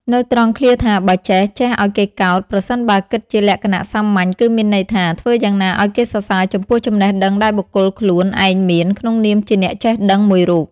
នៅត្រង់ឃ្លាថា បើចេះ ចេះឲ្យគេកោត ប្រសិនបើគិតជាលក្ខណៈសាមញ្ញគឺមានន័យថា ធ្វើយ៉ាងណាឲ្យគេសរសើរចំពោះចំណេះដឹងដែលបុគ្គលខ្លួនឯងមាន ក្នុងនាមជាអ្នកចេះដឹងមួយរូប។